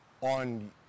On